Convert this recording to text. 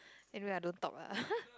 anyway I don't talk lah